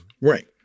Right